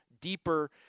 deeper